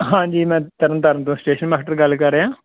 ਹਾਂਜੀ ਮੈਂ ਤਰਨ ਤਾਰਨ ਤੋਂ ਸਟੇਸ਼ਨ ਮਾਸਟਰ ਗੱਲ ਕਰ ਰਿਹਾ